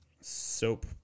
Soap